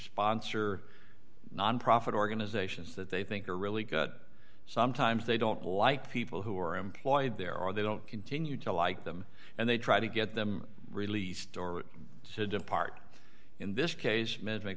sponsor nonprofit organizations that they think are really good sometimes they don't like people who are employed there or they don't continue to like them and they try to get them released or to depart in this case management